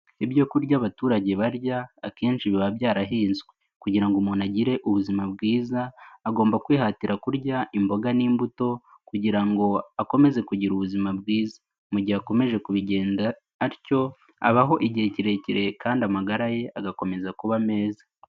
Ibyo kurya abaturage barya akenshi biba byarahinzwe kugira ngo umuntu agire ubuzima bwiza agomba kwihatira kurya imboga n'imbuto kugira ngo akomeze kugira ubuzima bwiza mu gihe akomeje kubigenda atyo abaho igihe kirekire kandi amagara ye agakomeza kuba meza.